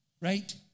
Right